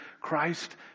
Christ